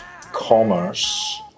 commerce